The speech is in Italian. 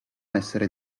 essere